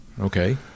Okay